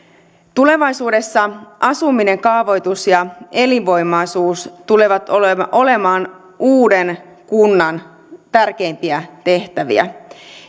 tulevaisuudessa asuminen kaavoitus ja elinvoimaisuus tulevat olemaan uuden kunnan tärkeimpiä tehtäviä